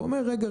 ואומר: רגע,